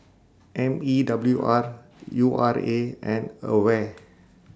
M E W R U R A and AWARE